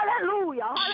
Hallelujah